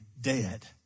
dead